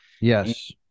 Yes